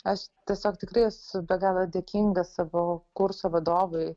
aš tiesiog tikrai esu be galo dėkinga savo kurso vadovui